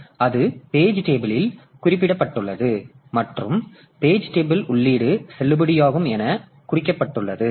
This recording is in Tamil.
எனவே அது பேஜ் டேபிளில் குறிப்பிடப்பட்டுள்ளது மற்றும் பேஜ் டேபிள் உள்ளீடு செல்லுபடியாகும் என குறிக்கப்பட்டுள்ளது